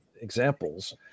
examples